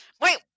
Wait